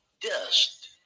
dust